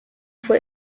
for